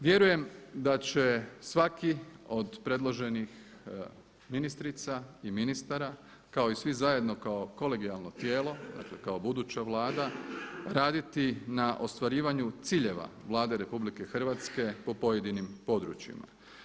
Vjerujem da će svaki od predloženih ministrica i ministara kao i svi zajedno kao kolegijalno tijelo, dakle kao buduća Vlada raditi na ostvarivanju ciljeva Vlade RH po pojedinim područjima.